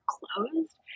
closed